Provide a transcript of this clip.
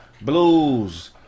blues